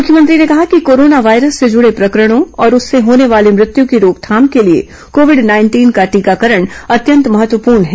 मुख्यमंत्री ने कहा कि कोरोना वायरस से जुड़े प्रकरणों और उससे होने वाली मृत्यू की रोकथाम के लिए कोविड नाइंटीन का टीकाकरण अत्यंत महत्वपूर्ण है